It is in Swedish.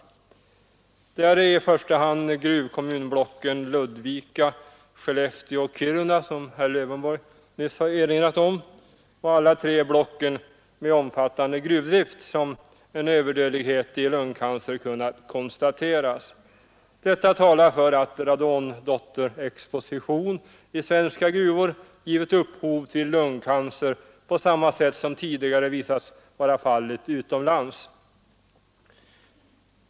Som herr Lövenborg nyss erinrade om är det i första hand i gruvblocken Ludvika, Skellefteå och Kiruna — alla tre blocken med en omfattande gruvdrift — som en överdödlighet i lungcancer har kunnat konstateras. Detta talar för att radondotterexposition i svenska gruvor har givit upphov till lungcancer, på samma sätt som tidigare har visat sig vara fallet utomlands.